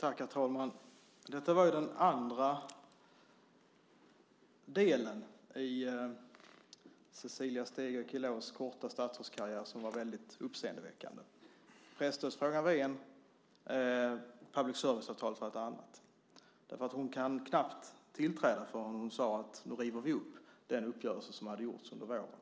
Herr talman! Detta var ju den andra delen i Cecilia Stegö Chilòs korta statsrådskarriär som var väldigt uppseendeväckande. Presstödsfrågan var den ena; public service-avtalet var den andra. Hon hann knappt tillträda förrän hon sade att nu river vi upp den uppgörelse som gjordes under våren.